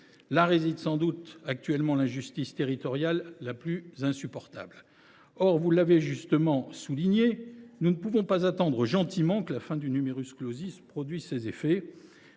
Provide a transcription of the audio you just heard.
Là réside sans doute l’injustice territoriale la plus insupportable. Or, comme vous l’avez justement souligné, nous ne pouvons pas attendre gentiment que la fin du produise ses effets.